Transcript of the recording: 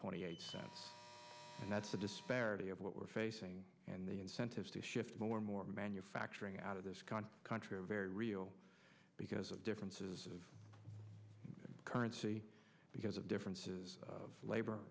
twenty eight that's the disparity of what we're facing and the incentives to shift more and more manufacturing out of this country are very real because of differences of currency because of differences of labor